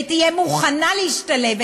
והיא תהיה מוכנה להשתלב,